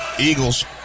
Eagles